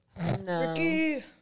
No